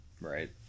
Right